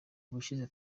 ubushize